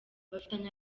bafitanye